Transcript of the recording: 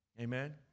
Amen